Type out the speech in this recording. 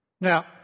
Now